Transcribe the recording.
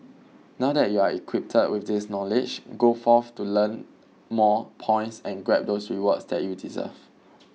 now that you're equipped with this knowledge go forth to learn more points and grab those rewards that you deserve